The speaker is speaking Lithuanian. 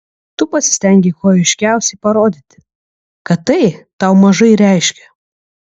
tu pasistengei kuo aiškiausiai parodyti kad tai tau mažai reiškia